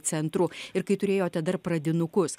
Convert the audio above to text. centru ir kai turėjote dar pradinukus